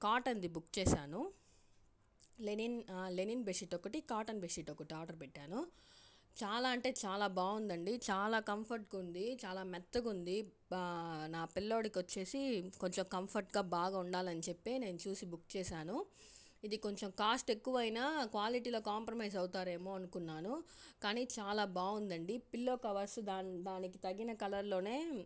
కాటన్ది book చేశాను linen linen bedsheet ఒకటి cotton bedsheet ఒకటి ఆర్డర్ పెట్టాను చాలా అంటే చాలా బాగుందండి చాలా కంఫర్ట్గా ఉంది చాలా మెత్తగా ఉంది నా పిల్లోడికి వచ్చి కొంచెం కంఫర్ట్గా బాగా ఉండాలని చెప్పి నేను చూసి బుక్ చేశాను ఇది కొంచెం కాస్ట్ ఎక్కువ అయినా క్వాలిటీలో కాంప్రమైజ్ అవుతారేమో అనుకున్నాను కానీ చాలా బాగుందండి పిల్లో కవర్స్ దాని దానికి తగిన కలర్లోనే